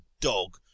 dog